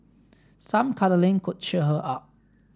some cuddling could cheer her up